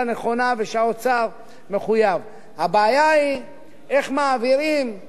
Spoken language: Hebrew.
איך מעבירים חובות על זכויות שנמצאות בכל מיני תאגידים,